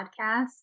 podcast